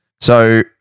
So-